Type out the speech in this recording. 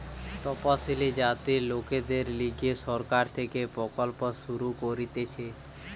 তপসিলি জাতির লোকদের লিগে সরকার থেকে প্রকল্প শুরু করতিছে